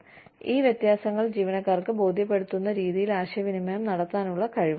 തുടർന്ന് ഈ വ്യത്യാസങ്ങൾ ജീവനക്കാർക്ക് ബോധ്യപ്പെടുത്തുന്ന രീതിയിൽ ആശയവിനിമയം നടത്താനുള്ള കഴിവ്